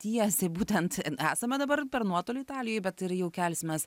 tiesiai būtent esame dabar per nuotolį italijoj bet ir jau kelsimės